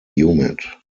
humid